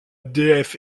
déesse